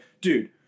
dude